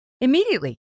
immediately